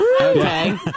Okay